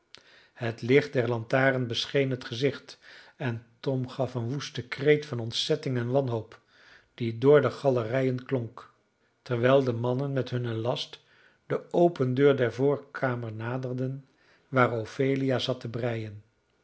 het licht der lantaren bescheen het gezicht en tom gaf een woesten kreet van ontzetting en wanhoop die door de galerijen klonk terwijl de mannen met hunnen last de open deur der voorkamer naderden waar ophelia zat te breien